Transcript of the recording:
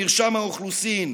במרשם האוכלוסין.